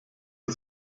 der